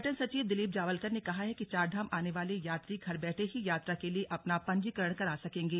पर्यटन सचिव दिलीप जावलकर ने कहा है कि चारधाम आने वाले यात्री घर बैठे ही यात्रा के लिए अपना पंजीकरण करा सकेंगे